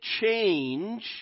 change